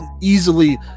easily